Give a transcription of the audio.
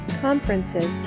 conferences